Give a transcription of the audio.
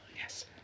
Yes